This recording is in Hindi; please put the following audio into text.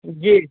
जी